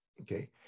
okay